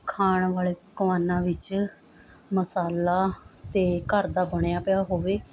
ਖਾਣ ਵਾਲੇ ਪਕਵਾਨਾਂ ਵਿੱਚ ਮਸਾਲਾ ਅਤੇ ਘਰ ਦਾ ਬਣਿਆ ਪਿਆ ਹੋਵੇ